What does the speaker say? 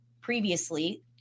previously